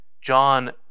John